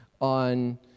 on